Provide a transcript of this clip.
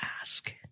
ask